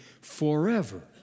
forever